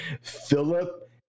Philip